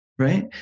right